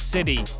City